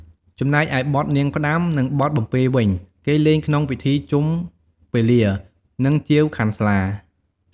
ចំណែកឯបទនាងផ្ដាំ និងបទបំពេរវិញ គេលេងក្នុងពិធីជុំពេលា និងជាវខាន់ស្លា។